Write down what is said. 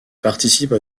participe